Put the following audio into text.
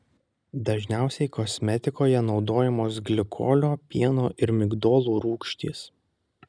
dažniausiai kosmetikoje naudojamos glikolio pieno ir migdolų rūgštys